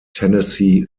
tennessee